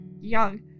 young